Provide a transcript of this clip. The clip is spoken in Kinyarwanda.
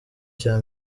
cya